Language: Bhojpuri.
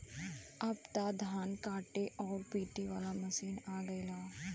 अब त धान काटे आउर पिटे वाला मशीन आ गयल हौ